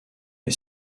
est